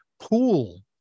Pool